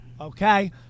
Okay